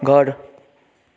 गढ